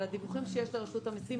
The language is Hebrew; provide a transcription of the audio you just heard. על הדיווחים שיש לרשות המסים,